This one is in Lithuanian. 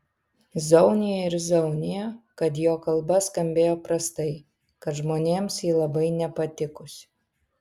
zaunija ir zaunija kad jo kalba skambėjo prastai kad žmonėms ji labai nepatikusi